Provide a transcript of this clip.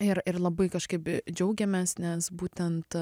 ir ir labai kažkaip džiaugiamės nes būtent